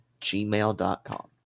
gmail.com